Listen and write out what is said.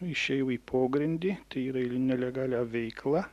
išėjau į pogrindį tai yra į nelegalią veiklą